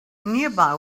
nearby